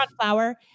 flower